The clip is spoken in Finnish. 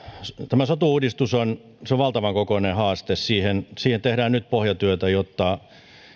tämä sote uudistus on valtavan kokoinen haaste siinä tehdään nyt pohjatyötä jotta